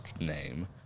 name